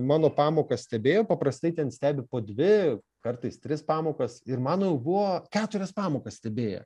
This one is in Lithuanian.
mano pamokas stebėjo paprastai ten stebi po dvi kartais tris pamokas ir mano jau buvo keturias pamokas stebėję